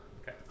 Okay